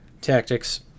tactics